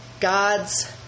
God's